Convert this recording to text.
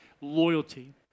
loyalty